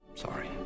Sorry